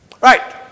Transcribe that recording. Right